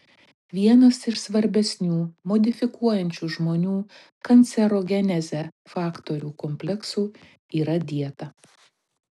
vienas iš svarbesnių modifikuojančių žmonių kancerogenezę faktorių kompleksų yra dieta